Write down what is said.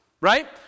right